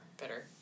better